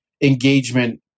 engagement